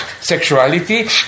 sexuality